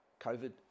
COVID